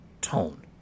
tone